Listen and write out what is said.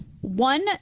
One